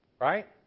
Right